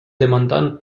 demandant